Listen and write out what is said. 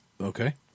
Okay